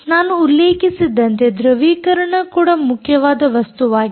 ನಾನು ಉಲ್ಲೇಖಿಸಿದಂತೆ ಧೃವೀಕರಣ ಕೂಡ ಮುಖ್ಯವಾದ ವಸ್ತುವಾಗಿದೆ